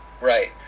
right